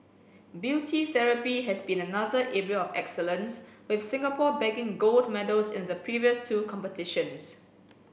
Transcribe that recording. beauty therapy has been another area of excellence with Singapore bagging gold medals in the previous two competitions